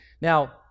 Now